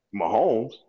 Mahomes